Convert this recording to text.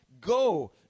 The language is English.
Go